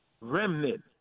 remnant